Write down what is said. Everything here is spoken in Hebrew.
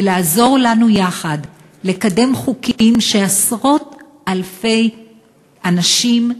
ולעזור לנו יחד לקדם חוקים שעשרות-אלפי אנשים,